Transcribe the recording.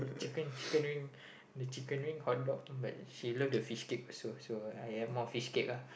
chicken chicken wing the chicken wing hot dog but she love the fishcake also so I add more fishcake lah